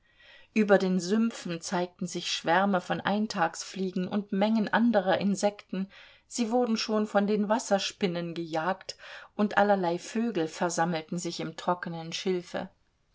über den sümpfen zeigten sich schwärme von eintagsfliegen und mengen anderer insekten sie wurden schon von den wasserspinnen gejagt und allerlei vögel versammelten sich im trockenen schilfe